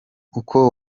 uko